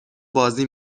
بازی